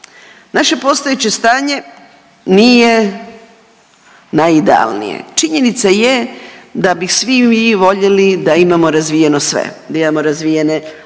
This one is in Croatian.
Naše postojeće stanje nije najidealnije. Činjenica je da bi svi mi voljeli da imamo razvijeno sve, da imamo razvijene